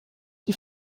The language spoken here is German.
die